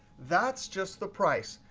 that's just the price.